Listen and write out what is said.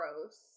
gross